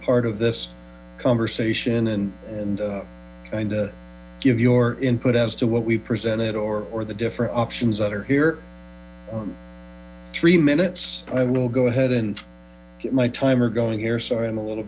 part of this conversation and and to give your input as to what we've presented or the different options that are here three minutes i will go ahead and get my timer going here sorry i'm a little